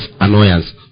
annoyance